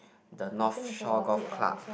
the north fish shore golf club